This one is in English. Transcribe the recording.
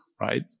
right